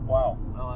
Wow